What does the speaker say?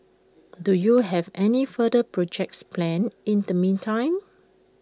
do you have any further projects planned in the meantime